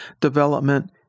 development